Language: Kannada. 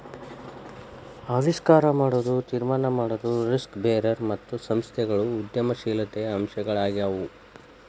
ಆವಿಷ್ಕಾರ ಮಾಡೊದು, ತೀರ್ಮಾನ ಮಾಡೊದು, ರಿಸ್ಕ್ ಬೇರರ್ ಮತ್ತು ಸಂಸ್ಥೆಗಳು ಉದ್ಯಮಶೇಲತೆಯ ಅಂಶಗಳಾಗ್ಯಾವು